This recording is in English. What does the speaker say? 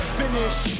finish